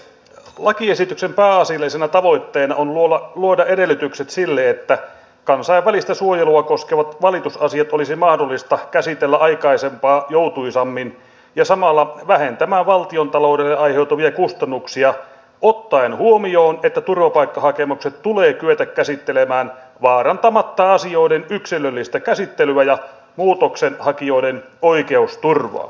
lakiesityksen pääasiallisena tavoitteena on luoda edellytykset sille että kansainvälistä suojelua koskevat valitusasiat olisi mahdollista käsitellä aikaisempaa joutuisammin ja samalla vähentää valtiontaloudelle aiheutuvia kustannuksia ottaen huomioon että turvapaikkahakemukset tulee kyetä käsittelemään vaarantamatta asioiden yksilöllistä käsittelyä ja muutoksenhakijoiden oikeusturvaa